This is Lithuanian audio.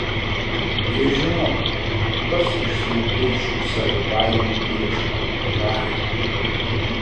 ir žinok pats išsiugdei šių savo baimių priešą valią